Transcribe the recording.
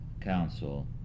Council